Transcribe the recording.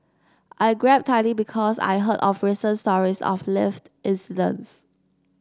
I grabbed tightly because I heard of recent stories of lift incidents